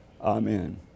Amen